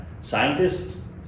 scientists